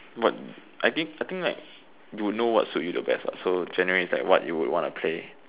what I think I think like you would know what suit you the best lah so like generally is what would you wanna play